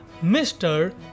Mr